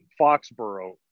Foxborough